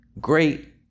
great